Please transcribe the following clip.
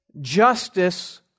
justice